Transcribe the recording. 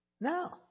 No